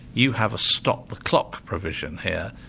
you have a stop-the-clock provision here,